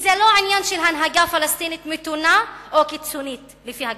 וזה לא עניין של הנהגה פלסטינית מתונה או קיצונית לפי הגדרתכם.